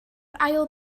ail